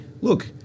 look